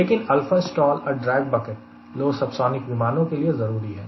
लेकिन alpha stall और drag bucket low subsonic विमानों के लिए जरूरी है